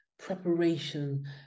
preparation